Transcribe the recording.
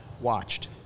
watched